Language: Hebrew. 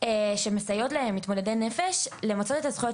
שמסייעות למתמודדי נפש למצות את הזכויות